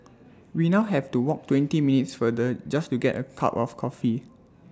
we now have to walk twenty minutes further just to get A cup of coffee